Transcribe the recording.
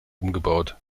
umgebaut